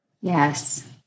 Yes